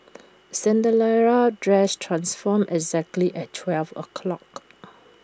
dress transformed exactly at twelve o'clock